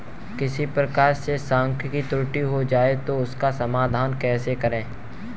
किसी प्रकार से सांख्यिकी त्रुटि हो जाए तो उसका समाधान कैसे करें?